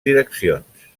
direccions